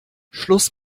schluss